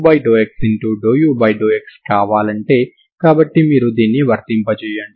మీకు uxx ∂x∂u∂x కావాలంటే కాబట్టి మీరు దీన్ని వర్తింపజేయండి